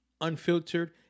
unfiltered